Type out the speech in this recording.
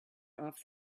off